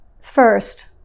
First